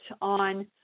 on